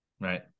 right